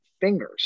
fingers